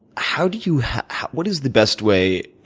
how do you what is the best way